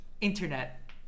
internet